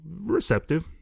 receptive